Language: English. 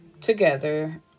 together